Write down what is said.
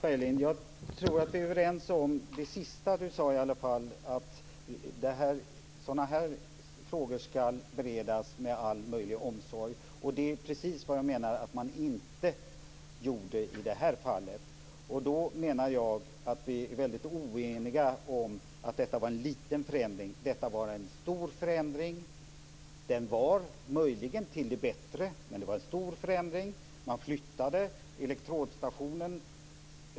Fru talman! Vi är i alla fall överens om det sista Mats Berglind sade, att sådana här frågor skall beredas med all möjlig omsorg. Det är precis vad jag menar att man inte gjorde i det här fallet. Då menar jag att vi oeniga om att detta var en liten förändring. Det var en stor förändring. Den var möjligen till det bättre, men det var en stor förändring.